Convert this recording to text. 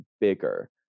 bigger